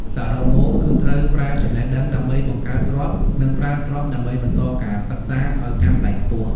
សរុបមក គឺត្រូវប្រើចំណេះដឹងដើម្បីបង្កើតទ្រព្យ និងប្រើទ្រព្យដើម្បីបន្តការសិក្សាឱ្យកាន់តែខ្ពស់។